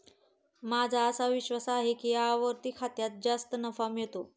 माझा असा विश्वास आहे की आवर्ती खात्यात जास्त नफा मिळतो